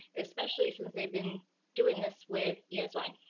especially since they've been doing this with yeah like